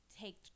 take